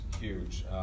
huge